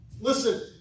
listen